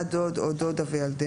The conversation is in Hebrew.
דוד או דודה וילדיהם,